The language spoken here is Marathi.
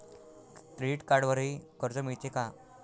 क्रेडिट कार्डवरही कर्ज मिळते का?